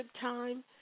time